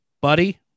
Buddy